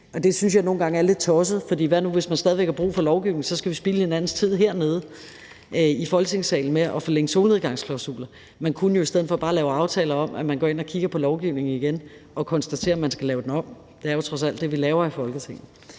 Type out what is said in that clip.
Det synes jeg nogle gange er lidt tosset, for hvad nu, hvis man stadig væk har brug for lovgivningen? Så skal vi spilde hinandens tid hernede i Folketingssalen med at forlænge solnedgangsklausuler. Man kunne jo i stedet for bare lave aftaler om, at man går ind og kigger på lovgivningen igen og konstaterer, om man skal lave den om. Det er jo trods alt det, vi laver her i Folketinget.